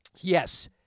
Yes